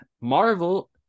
Marvel